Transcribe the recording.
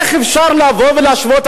איך אפשר לבוא ולהשוות,